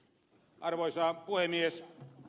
arvoisa puhemies